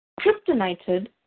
kryptonited